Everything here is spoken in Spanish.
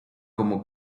como